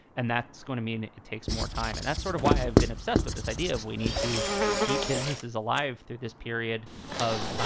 and that's going to mean it takes more time. and that's sort of why i've been obsessed with this idea of we need to keep businesses alive through this period of,